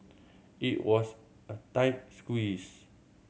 it was a tight squeeze